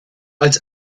als